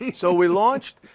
so we launched,